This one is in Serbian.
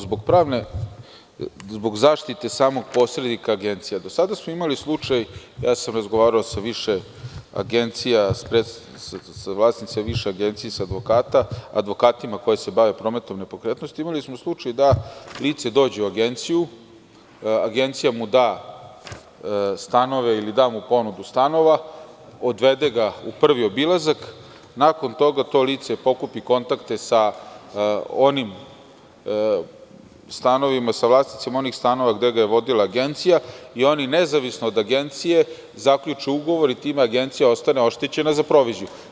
Zbog zaštite samog posrednika agencija do sada smo imali slučaj, razgovarao sam sa više agencija, sa vlasnicima više agencija i sa advokatima koji se bave prometom nepokretnosti, da lice dođe u agenciju, agencija mu da ponudu stanova, odvede ga u prvi obilazak i nakon toga to lice pokupi kontakte sa vlasnicima onih stanova gde ga je vodila agencija i oni nezavisno od agencije zaključe ugovor i time agencija ostane oštećena za proviziju.